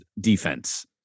defense